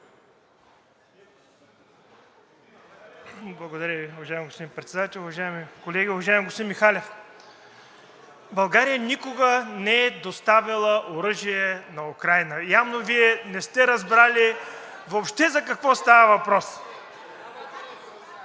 Благодаря Ви, уважаеми господин Председател. Уважаеми колеги! Уважаеми господин Михалев, България, никога не е доставяла оръжие на Украйна. Явно Вие не сте разбрали въобще за какво става въпрос.